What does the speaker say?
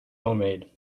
homemade